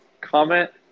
comment